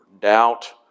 doubt